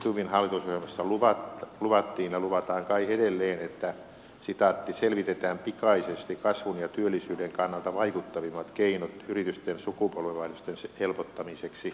pääministeri stubbin hallitusohjelmassa luvattiin ja luvataan kai edelleen että selvitetään pikaisesti kasvun ja työllisyyden kannalta vaikuttavimmat keinot yritysten sukupolvenvaihdosten helpottamiseksi ml